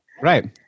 right